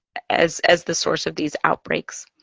as, as the source of these outbreaks.